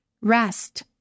rest